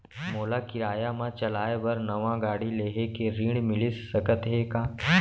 मोला किराया मा चलाए बर नवा गाड़ी लेहे के ऋण मिलिस सकत हे का?